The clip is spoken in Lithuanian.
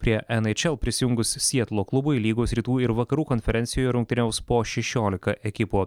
prie nhl prisijungus sietlo klubui lygos rytų ir vakarų konferencijoje rungtyniaus po šešiolika ekipų